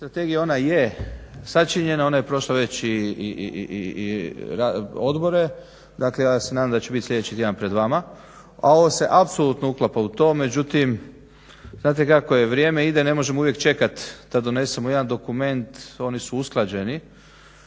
strategije ona je sačinjena, ona je prošlo već i odbore, dakle ja se nadam da će biti sljedeći tjedan pred vama, a ovo se apsolutno uklapa u to. Međutim, znate kako je, vrijeme ide, ne možemo uvijek čekati da donesemo jedan dokument, oni su usklađeni.